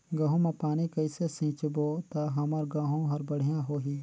गहूं म पानी कइसे सिंचबो ता हमर गहूं हर बढ़िया होही?